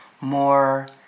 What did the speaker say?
more